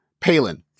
Palin